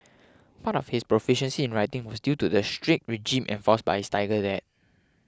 part of his proficiency in writing was due to the strict regime enforced by his tiger dad